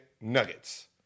nuggets